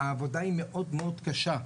העבודה היא מאוד קשה.